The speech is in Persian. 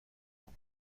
اومد